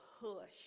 hush